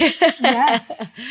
Yes